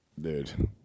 Dude